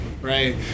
right